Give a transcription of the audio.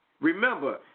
Remember